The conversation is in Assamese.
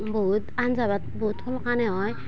বহুত আঞ্জা ভাত বহুত সোনকালে হয়